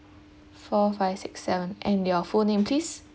four five six seven and your full name please